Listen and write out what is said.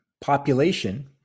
population